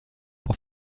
pour